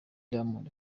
diamond